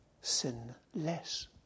sinless